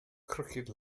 crooked